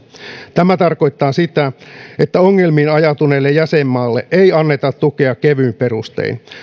tämä tarkoittaa sitä että ongelmiin ajautuneelle jäsenmaalle ei anneta tukea kevyin perustein